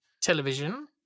television